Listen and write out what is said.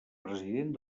president